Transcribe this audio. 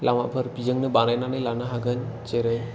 लामाफोर बेजोंनो बानायनानै लानो हागोन जेरै